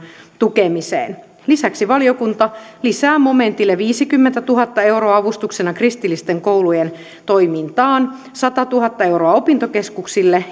tukemiseen lisäksi valiokunta lisää momentille viisikymmentätuhatta euroa avustuksena kristillisten koulujen toimintaan satatuhatta euroa opintokeskuksille